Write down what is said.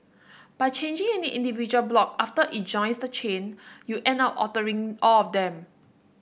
by changing any individual block after it joins the chain you'll end up altering all of them